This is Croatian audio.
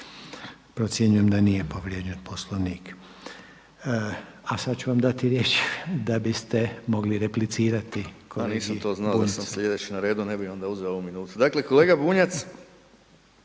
procjenjujem da nije povrijeđen Poslovnik. A sada ću vam dati riječ da biste mogli replicirati kolegi Bunjcu. **Bauk, Arsen (SDP)** Nisam to znao da sam sljedeći na redu, ne bih onda uzeo ovu minutu. Dakle, kolega Bunjac